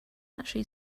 actually